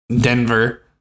Denver